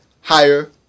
higher